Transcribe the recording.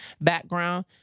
background